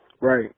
Right